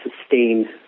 sustain